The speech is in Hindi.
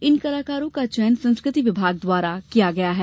इन कलाकारों का चयन संस्कृति विभाग द्वारा किया गया है